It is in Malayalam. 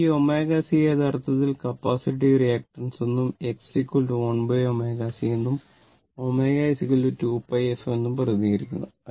അതിനാൽ ഈ ω C യെ യഥാർത്ഥത്തിൽ കപ്പാസിറ്റീവ് റിയാക്ടൻസ് എന്നും X 1ω C എന്നും ω 2πf എന്നും പ്രതിനിധീകരിക്കുന്നു